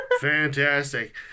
Fantastic